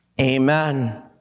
Amen